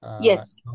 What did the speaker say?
yes